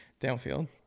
downfield